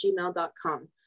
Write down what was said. gmail.com